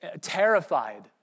terrified